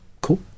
cool